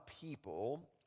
people